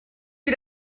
wie